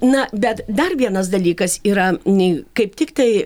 na bet dar vienas dalykas yra nei kaip tiktai